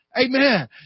Amen